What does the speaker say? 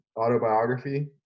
autobiography